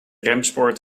remspoor